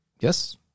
Yes